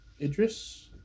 Idris